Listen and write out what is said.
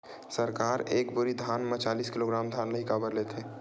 सरकार एक बोरी धान म चालीस किलोग्राम धान ल ही काबर लेथे?